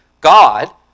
God